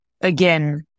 again